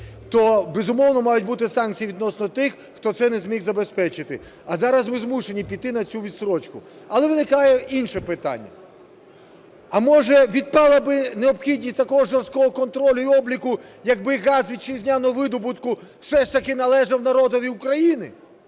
то, безумовно, мають бути санкції відносно тих, хто це не зміг забезпечити. А зараз ми змушені піти на цю відстрочку. Але виникає інше питання: а, може, відпала б необхідність такого жорсткого контролю і обліку, якби газ вітчизняного видобутку все ж таки належав народові України?